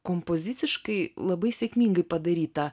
kompoziciškai labai sėkmingai padaryta